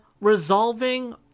resolving